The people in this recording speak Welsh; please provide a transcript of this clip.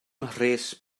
mhres